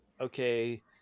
okay